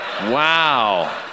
Wow